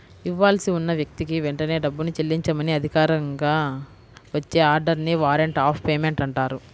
ఇవ్వాల్సి ఉన్న వ్యక్తికి వెంటనే డబ్బుని చెల్లించమని అధికారికంగా వచ్చే ఆర్డర్ ని వారెంట్ ఆఫ్ పేమెంట్ అంటారు